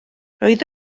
roedd